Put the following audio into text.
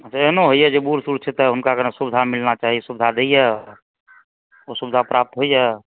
अच्छा एहनो होइया जे बुढ सुर छै तऽ हुनका कनी सुविधा मिलना चाही सुविधा दैया ओ सुविधा प्राप्त होइया